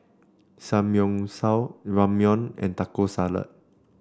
Samgyeopsal Ramyeon and Taco Salad